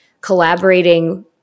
collaborating